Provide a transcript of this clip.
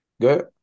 Good